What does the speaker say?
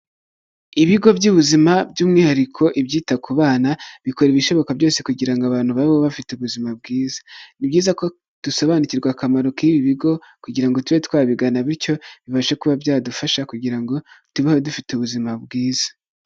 Ibigo by'ubuzima by'umwihariko ibyita ku bana, bikora ibishoboka byose kugira ngo abantu babeho bafite ubuzima bwiza, ni byiza ko dusobanukirwa akamaro k'ibi bigo kugira ngo tube twabigana, bityo bibashe kuba byadufasha kugira ngo tubeho dufite ubuzima bwiza.